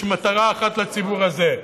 יש מטרה אחת לציבור הזה,